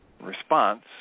response